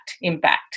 impact